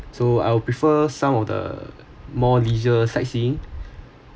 so I will prefer some of the more leisure sightseeing